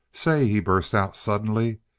say, he burst out suddenly,